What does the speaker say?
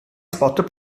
spot